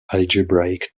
algebraic